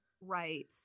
right